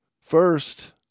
first